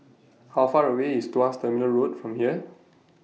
How Far away IS Tuas Terminal Road from here